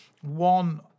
one